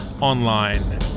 online